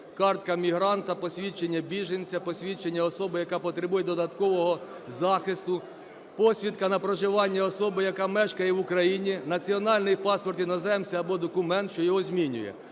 картка мігранта, посвідчення біженця, посвідчення особи, яка потребує додаткового захисту, посвідка на проживання особи, яка мешкає в Україні, національний паспорт іноземця або документ, що його змінює,